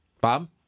Bob